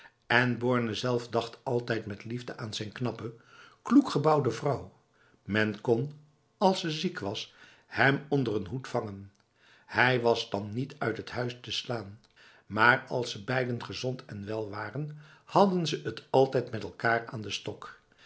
en borne zelf dacht altijd met liefde aan zijn knappe kloekgebouwde vrouw men kon als ze ziek was hem onder een hoed vangen hij was dan niet uit het huis te slaan maar als ze beiden gezond en wel waren hadden ze het altijd met elkaar aan de stok